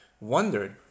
wondered